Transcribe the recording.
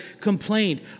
complained